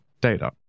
data